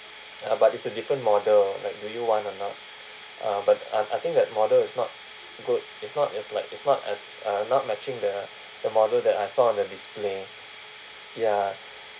uh but it's a different model like do you want or not uh but um I think that model it's not good it's not it's like it's not as uh not matching the the model that I saw on the display ya